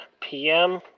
PM